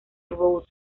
rhodes